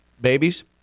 babies